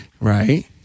Right